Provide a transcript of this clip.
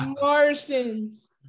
martians